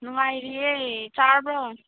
ꯅꯨꯡꯉꯥꯏꯔꯤꯌꯦ ꯆꯥꯔꯕ꯭ꯔꯣ